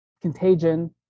contagion